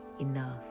enough